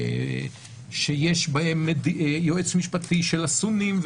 שיש בהן יועץ משפטי של הסונים,